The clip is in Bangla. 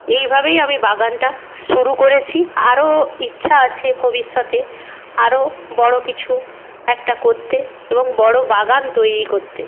এইভাবেই আমি বাগানটা শুরু করেছি আরও ইচ্ছা আছে ভবিষ্যতে আরও বড় কিছু একটা করতে এবং বড় বাগান তৈরি করতে